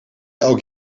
elk